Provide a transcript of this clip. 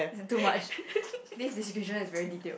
is it too much this description is very detailed